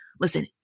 listen